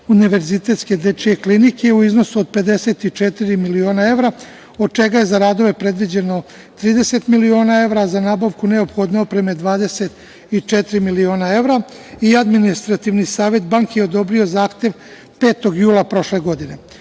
Univerzitetske dečije klinike u iznosu od 54 miliona evra, od čega je zaradila predviđeno 30 miliona evra, a za nabavku neophodne opreme 24 miliona evra i adminstrativni savet banke odobrio je zahtev 5. jula prošle godine. Ukupna